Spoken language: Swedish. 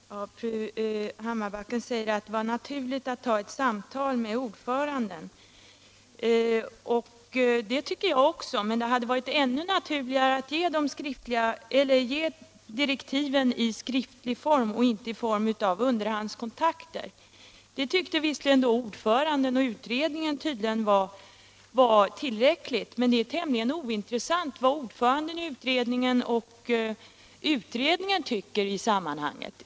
Herr talman! Fru Hammarbacken säger att det var naturligt att ta ett samtal med ordföranden i utredningen, och det tycker jag också. Men det hade varit ännu mer naturligt att ge direktiven i skriftlig form och inte i form av underhandskontakter. Ordföranden och utredningen i övrigt tyckte tydligen att underhandskontakter var tillräckliga, men det är tämligen ointressant i sammanhanget vad de tycker.